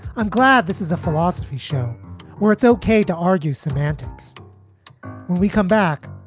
i'm glad this is a philosophy show where it's ok to argue semantics. when we come back,